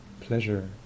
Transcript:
pleasure